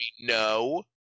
no –